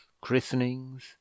christenings